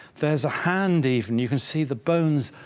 there's a hand even, you can see the bones,